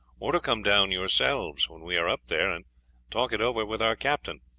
or to come down yourselves when we are up there and talk it over with our captain,